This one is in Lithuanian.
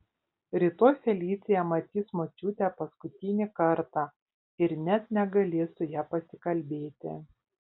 rytoj felicija matys močiutę paskutinį kartą ir net negalės su ja pasikalbėti